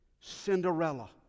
Cinderella